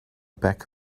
back